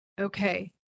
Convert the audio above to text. okay